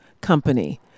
Company